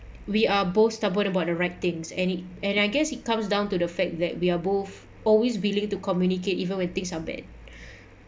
we are both stubborn about the right things ant it and I guess it comes down to the fact that we are both always willing to communicate even when things are bad